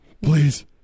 Please